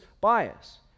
bias